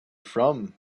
from